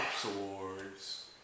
swords